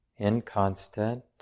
inconstant